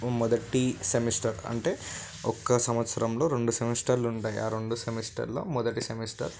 మొదటి సెమిస్టర్ అంటే ఒక్క సంవత్సరంలో రెండు సెమిస్టర్లు ఉంటాయి ఆ రెండు సెమిస్టర్లలో మొదటి సెమిస్టర్